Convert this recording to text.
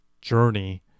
journey